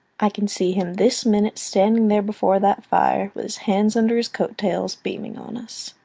i can see him, this minute, standing there before that fire, with his hands under his coat-tails, beaming on us.